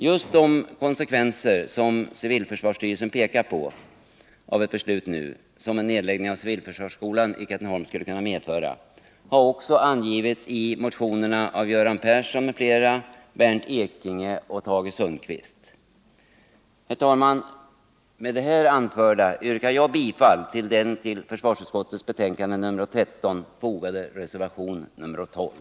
Just de av civilförsvarsstyrelsen påpekade konsekvenser av ett beslut nu vilka en nedläggning av ci rsvarsskolan i Katrineholm skulle kunna medföra har också angivits i motionerna av Göran Persson m.fl.. Bernt Ekinge och Tage Sundkvist. Herr talman! Med det anförda yrkar jag bifall till den vid försvarsutskottets betänkande nr 13 fogade reservationen nr 12.